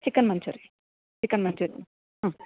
chicken manchuri chicken manchurian ಹಾಂ